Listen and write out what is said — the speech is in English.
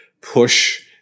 push